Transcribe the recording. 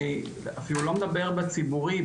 אני אפילו לא מדבר בציבורי,